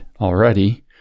already